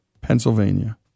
Pennsylvania